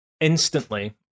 instantly